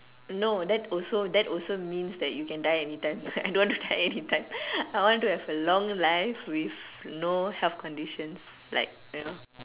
no that also that also means that you can die anytime I don't want to die anytime I want to have a long life with no health conditions like you know